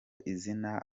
izina